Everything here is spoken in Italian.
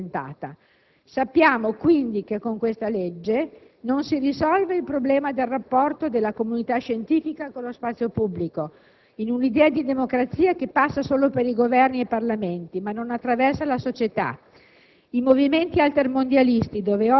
Come tutte le leggi, anche questa andrà sperimentata. Sappiamo che con questa legge non si risolve il problema del rapporto della comunità scientifica con lo spazio pubblico, in un'idea di democrazia che passa solo per i Governi e i Parlamenti, ma non attraversa la società.